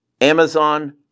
Amazon